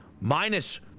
minus